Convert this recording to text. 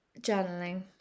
Journaling